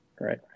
right